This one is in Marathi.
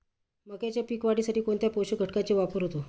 मक्याच्या पीक वाढीसाठी कोणत्या पोषक घटकांचे वापर होतो?